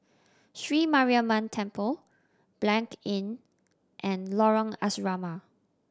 Sri Mariamman Temple Blanc Inn and Lorong Asrama